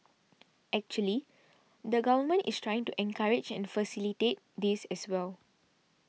actually the Government is trying to encourage and facilitate this as well